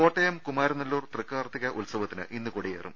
കോട്ടയം കുമാരനെല്ലൂർ തൃക്കാർത്തിക ഉത്സവത്തിന് ഇന്ന് കൊടിയേറും